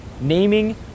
naming